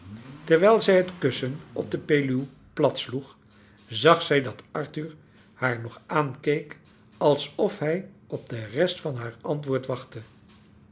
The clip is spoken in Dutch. terwijl zij het kussen op de peluw plat sloeg zag zij dat arthur haar nog aankeek alsof hij op de rest van haar antwoord wachtte